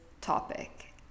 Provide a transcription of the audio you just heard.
topic